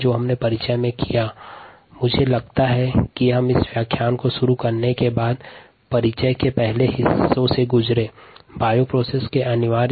जब हम समस्या को हल करेंगे तब हम आपको समस्या को हल करने के हुनर जिसकी चर्चा हमने पाठ्यक्रम परिचय में किया था के अनुसार कराने की कोशिश करेंगे